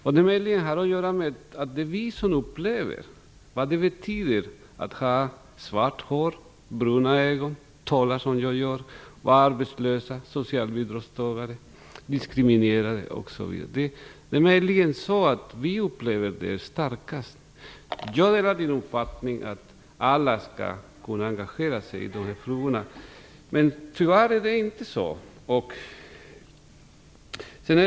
Har det möjligen att göra med att det är vi som upplever vad det innebär att ha svart hår, bruna ögon, tala som jag gör, vara arbetslösa och socialbidragstagare, diskriminerade osv.? Det är möjligen så att vi upplever detta starkast. Jag delar statsrådets uppfattning att alla skall engagera sig i dessa frågor. Tyvärr är det inte så.